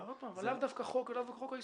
עוד פעם, לאו דווקא חוק היישום.